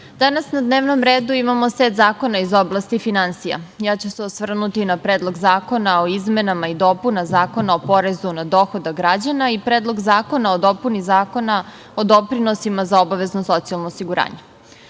danas na dnevnom redu, imamo set zakona iz oblasti finansija. Osvrnuću se na Predlog zakona o izmenama i dopunama Zakona o porezu na dohodak građana i Predlog zakona o dopuni Zakona o doprinosima za obavezno socijalno osiguranje. Porez